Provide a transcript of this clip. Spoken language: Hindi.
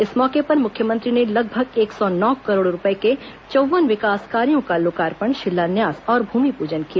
इस मौके पर मुख्यमंत्री ने लगभग एक सौ नौ करोड़ रूपए के चौव्वन विकास कार्यो का लोकार्पण शिलान्यास और भूमिपूजन किया